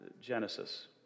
Genesis